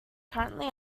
currently